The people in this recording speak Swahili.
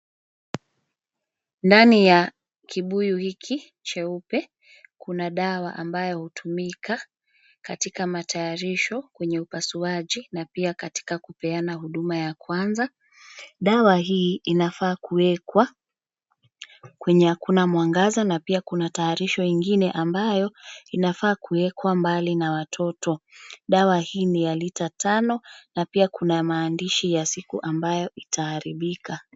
Ndani ya kibuyu hiki cheupe kuna dawa ambayo hutumika katika matayarisho kwenye upasuaji na pia katika kupeana huduma ya kwanza. Dawa hii inafaa kuwekwa kwenye hakuna mwangaza na pia kuna tayarisho ingine ambayo inafaa kuwekwa mbali na watoto. Dawa hii ni ya lita tano na pia kuna maandishi ya siku ambayo itaharibika.